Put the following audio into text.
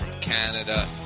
Canada